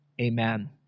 Amen